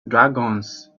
dragons